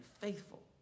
faithful